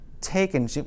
taken